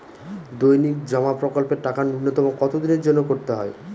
দৈনিক জমা প্রকল্পের টাকা নূন্যতম কত দিনের জন্য করতে হয়?